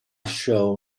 show